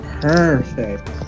Perfect